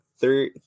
third